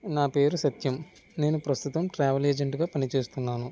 నా పేరు సత్యం నేను ప్రస్తుతం ట్రావెల్ ఏజెంట్గా పని చేస్తున్నాను